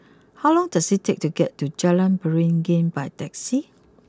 how long does it take to get to Jalan Beringin by taxi